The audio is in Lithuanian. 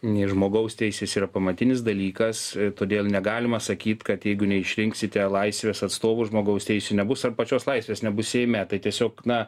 nei žmogaus teisės yra pamatinis dalykas todėl negalima sakyt kad jeigu neišrinksite laisvės atstovų žmogaus teisių nebus ar pačios laisvės nebus seime tai tiesiog na